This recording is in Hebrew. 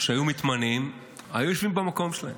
שהיו מתמנים, היו יושבים במקום שלהם.